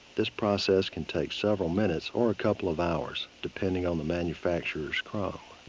this process can take several minutes or a couple of hours depending on the manufacturer's chrome.